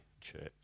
church